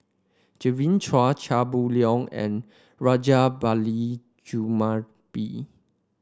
Genevieve Chua Chia Boon Leong and Rajabali Jumabhoy